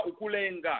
ukulenga